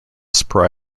known